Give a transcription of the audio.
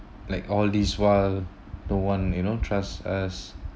like all this while the one you know trust us